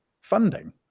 funding